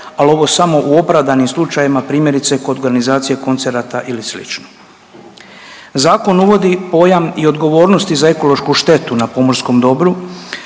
al ovo samo u opravdanim slučajevima primjerice kod organizacije koncerata ili slično. Zakon uvodi pojam i odgovornosti za ekološku štetu na pomorskom dobru